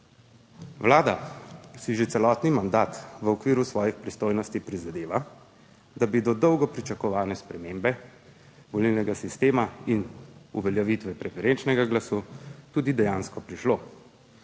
Vlada si že celotni mandat v okviru svojih pristojnosti prizadeva, da bi do dolgo pričakovane spremembe volilnega sistema in uveljavitve preferenčnega glasu tudi dejansko prišlo.